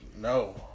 No